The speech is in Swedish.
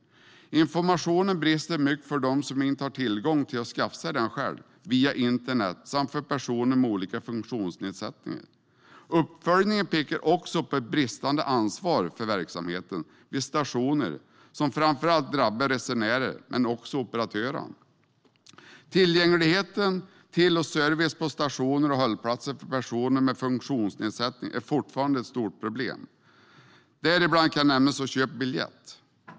Informationen brister mycket för dem som inte har möjlighet att själva skaffa sig den via internet samt för personer med olika funktionsnedsättningar. Uppföljningen pekar också på ett bristande ansvar för verksamheten vid stationerna, som framför allt drabbar resenärerna men också operatörerna. Tillgängligheten och servicen på stationer och hållplatser för personer med funktionsnedsättning är fortfarande ett stort problem. Däribland kan nämnas hur det är att köpa biljett.